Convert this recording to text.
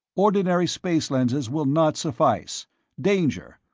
ordinary space lenses will not suffice danger!